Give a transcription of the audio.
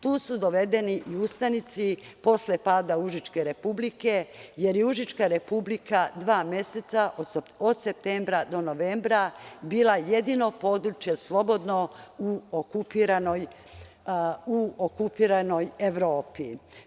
Tu su dovedeni i ustanici posle pada Užičke republike, jer je Užička republika dva meseca, od septembra do novembra bilo jedino područje slobodno u okupiranoj Evropi.